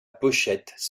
pochette